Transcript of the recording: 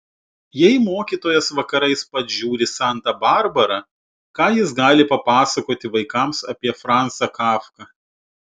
jei mokytojas vakarais pats žiūri santą barbarą ką jis gali papasakoti vaikams apie franzą kafką